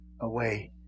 away